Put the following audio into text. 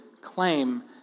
claim